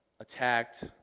attacked